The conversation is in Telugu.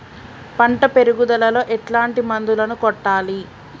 పంట పెరుగుదలలో ఎట్లాంటి మందులను కొట్టాలి?